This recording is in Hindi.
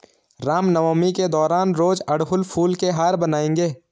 रामनवमी के दौरान रोज अड़हुल फूल के हार बनाएंगे